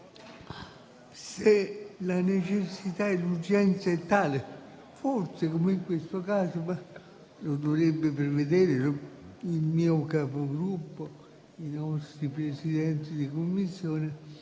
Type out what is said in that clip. se la necessità e l'urgenza sono tali - forse come in questo caso, lo dovrebbero prevedere il mio Capogruppo o i nostri Presidenti di Commissione